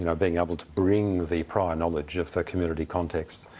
you know being able to bring the prior knowledge of the community context,